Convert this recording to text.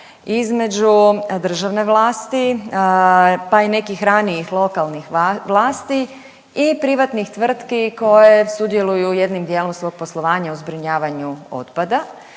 između državne vlasti pa i nekih ranijih lokalnih vlasti i privatnih tvrtki koje sudjeluju jednim dijelom svog poslovanja u zbrinjavanju otpada